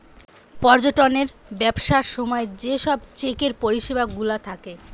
পর্যটনের ব্যবসার সময় যে সব চেকের পরিষেবা গুলা থাকে